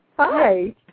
Hi